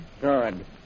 Good